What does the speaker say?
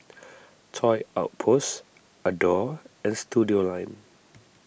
Toy Outpost Adore and Studioline